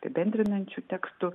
apibendrinančių tekstų